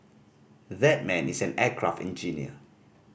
that man is an aircraft engineer